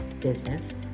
business